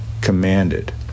commanded